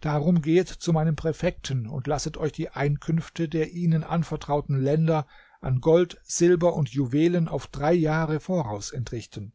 darum gehet zu meinen präfekten und lasset euch die einkünfte der ihnen anvertrauten länder an gold silber und juwelen auf drei jahre voraus entrichten